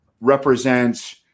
represents